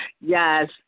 Yes